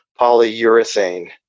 polyurethane